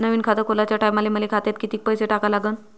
नवीन खात खोलाच्या टायमाले मले खात्यात कितीक पैसे टाका लागन?